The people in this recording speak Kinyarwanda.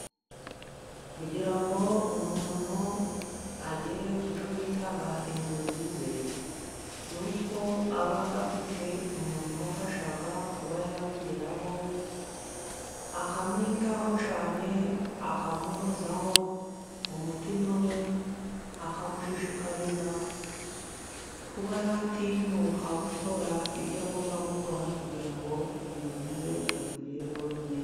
Kugira ngo umuntu agere ku cyo bita inzozi ze, ni uko aba afite umuntu umufasha kuba yabigeraho akamwitaho cyane akamuhozaho umutima we, akamushishikariza kuba yatinyuka gukora ibyo agomba gukora, kugira ngo inzozi ze azigereho neza.